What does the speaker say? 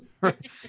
Right